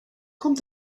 kommt